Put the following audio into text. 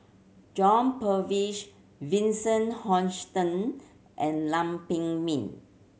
John Purvis Vincent Hoisington and Lam Pin Min